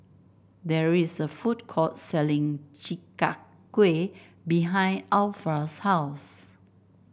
there is a food court selling Chi Kak Kuih behind Alpha's house